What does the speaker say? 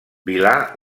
vilar